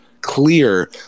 clear